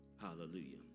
Hallelujah